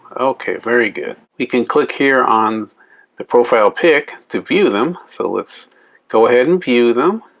okay, very good. we can click here on the profile pic to view them so let's go ahead and view them